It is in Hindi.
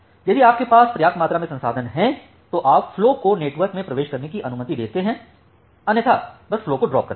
यदि आपके पास पर्याप्त मात्रा में संसाधन हैं तो आप फ्लो को नेटवर्क में प्रवेश करने की अनुमति देते हैं अन्यथा बस फ्लो को ड्राप कर देते हैं